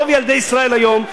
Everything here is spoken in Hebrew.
רוב ילדי ישראל היום,